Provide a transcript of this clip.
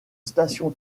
station